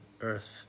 earth